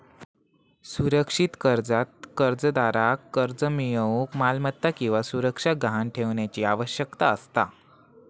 सुरक्षित कर्जात कर्जदाराक कर्ज मिळूक मालमत्ता किंवा सुरक्षा गहाण ठेवण्याची आवश्यकता असता